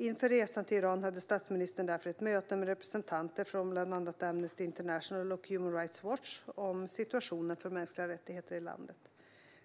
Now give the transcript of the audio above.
Inför resan till Iran hade statsministern därför ett möte med representanter från bland annat Amnesty International och Human Rights Watch om situationen för mänskliga rättigheter i landet.